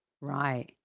Right